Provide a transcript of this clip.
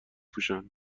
پوشن